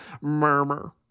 Murmur